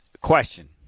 question